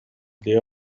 they